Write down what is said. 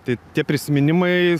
tai tie prisiminimai